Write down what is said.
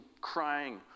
crying